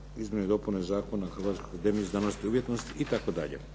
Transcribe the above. izmjenama i dopunama Zakona o Hrvatskoj akademiji znanosti i umjetnosti itd.